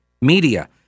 Media